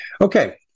Okay